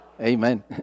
Amen